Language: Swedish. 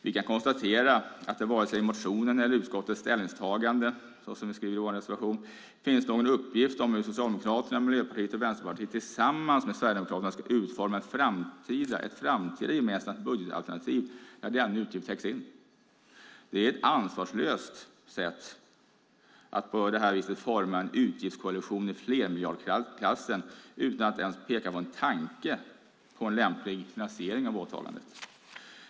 Vi kan konstatera att det varken i motionen eller i utskottets ställningstagande, såsom vi skriver i vår reservation, finns någon uppgift om hur Socialdemokraterna, Miljöpartiet och Vänsterpartiet tillsammans med Sverigedemokraterna ska utforma ett framtida gemensamt budgetalternativ där denna utgift täcks in. Det är ansvarslöst att på detta sätt forma en utgiftskoalition i flermiljardsklassen utan att ens peka på en tanke på en lämplig finansiering av åtagandet.